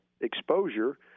exposure